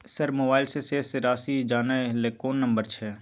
Sir mobile से शेस राशि जानय ल कोन नंबर छै?